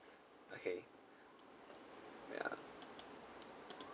okay ya